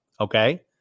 Okay